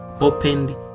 opened